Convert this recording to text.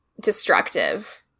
destructive